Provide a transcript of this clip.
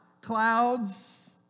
Clouds